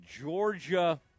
Georgia